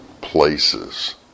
places